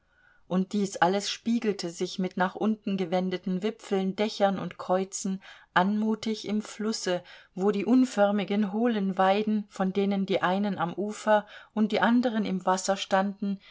und dies alles spiegelte sich mit nach unten gewendeten wipfeln dächern und kreuzen anmutig im flusse wo die unförmigen hohlen weiden von denen die einen am ufer und die anderen im wasser standen